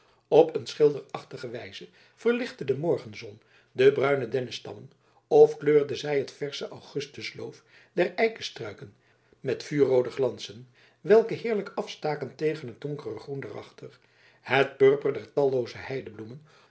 op een schilderachtige wijze verlichtte de morgenzon de bruine dennestammen of kleurde zij het versche augustusloof der eikestruiken met vuurroode glansen welke heerlijk afstaken tegen het donkere groen daarachter het purper der tallooze heidebloemen